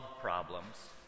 problems